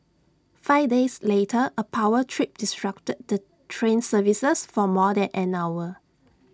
five days later A power trip disrupted the train services for more than an hour